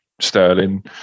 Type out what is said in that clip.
Sterling